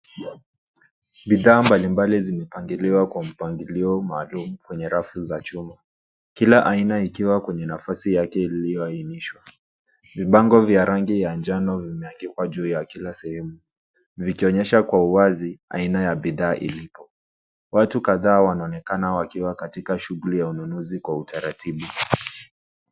Bidhaa mbali mbali zimepangiliwa kwa mpangilio maalum kwenye rafu za chuma. Kila aina ikiwa kwenye nafasi yake iliyoainishwa. Vibango vya rangi ya njano vimeandikwa juu ya kila sehemu vikionyesha kwa uwazi aina ya bidhaa ilipo. Watu kadhaa wanaonekana wakiwakatika shughuli ya ununuzi kwa utaratibu.